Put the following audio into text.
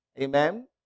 Amen